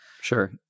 Sure